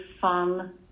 fun